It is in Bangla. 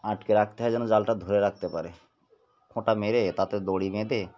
আটকে রাখতে হয় যেন জালটা ধরে রাখতে পারে ফোঁটা মেরে তাতে দড়ি মেঁধে